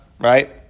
right